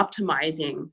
optimizing